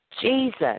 Jesus